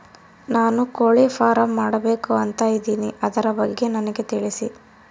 ನಾನು ಕೋಳಿ ಫಾರಂ ಮಾಡಬೇಕು ಅಂತ ಇದಿನಿ ಅದರ ಬಗ್ಗೆ ನನಗೆ ತಿಳಿಸಿ?